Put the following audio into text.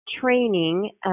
training